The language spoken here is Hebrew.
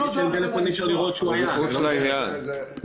הוא מחוץ לעניין.